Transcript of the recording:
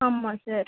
ஆமாம் சார்